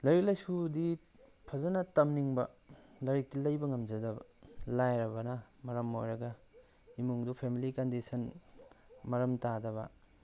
ꯂꯥꯏꯔꯤꯛ ꯂꯥꯏꯁꯨꯗꯤ ꯐꯖꯅ ꯇꯝꯅꯤꯡꯕ ꯂꯥꯏꯔꯤꯛꯇꯤ ꯂꯩꯕ ꯉꯝꯖꯗꯕ ꯂꯥꯏꯔꯕꯅ ꯃꯔꯝ ꯑꯣꯏꯔꯒ ꯏꯃꯨꯡꯗꯨ ꯐꯦꯃꯤꯂꯤ ꯀꯟꯗꯤꯁꯟ ꯃꯔꯝ ꯇꯥꯗꯕ